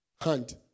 hand